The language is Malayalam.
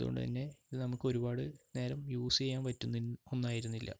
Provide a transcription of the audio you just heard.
അതുകൊണ്ടു തന്നെ ഇത് നമുക്ക് ഒരുപാട് നേരം യൂസ് ചെയ്യാൻ പറ്റുന്ന ഒന്നായിരുന്നില്ല